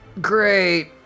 great